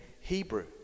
Hebrew